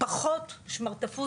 פחות שמרטפות,